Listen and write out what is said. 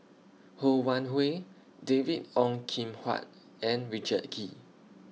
Ho Wan Hui David Ong Kim Huat and Richard Kee